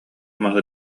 маһы